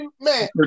Man